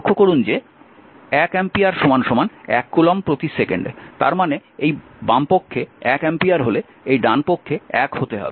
লক্ষ্য করুন যে 1 অ্যাম্পিয়ার 1 কুলম্ব প্রতি সেকেন্ডে তার মানে এই বামপক্ষে 1 অ্যাম্পিয়ার হলে এই ডানপক্ষে 1 হতে হবে